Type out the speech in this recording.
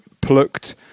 plucked